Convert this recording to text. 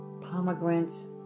pomegranates